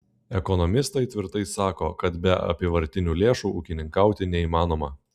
ekonomistai tvirtai sako kad be apyvartinių lėšų ūkininkauti neįmanoma